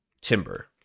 timber